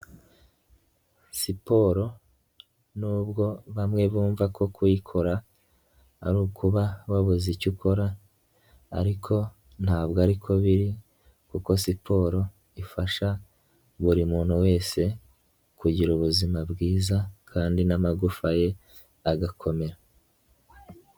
Siporo nubwo bamwe bumva ko kuyikora ari ukuba babuze icyo ukora ariko ntabwo ari ko biri kuko siporo ifasha buri muntu wese kugira ubuzima bwiza kandi n'amagufa ye agakomera.